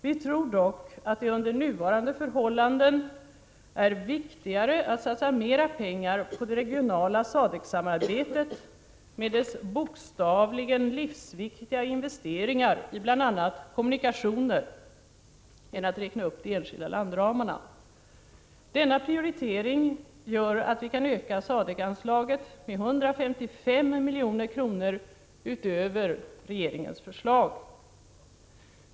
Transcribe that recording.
Vi tror dock att det under nuvarande förhållanden är viktigare att satsa mera pengar på det regionala SADCC-samarbetet med dess bokstavligen livsviktiga investeringar i bl.a. kommunikationer än att räkna upp de enskilda landramarna. Denna prioritering gör att vi kan öka SADCC-anslaget med 155 milj.kr. utöver regeringens förslag.